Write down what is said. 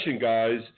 guys